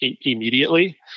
immediately